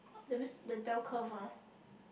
that means the bell curve ah